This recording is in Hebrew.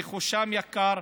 רכושם יקר,